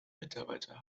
mitarbeiter